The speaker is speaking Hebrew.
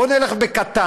בואו נלך בקטן,